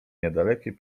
niedalekiej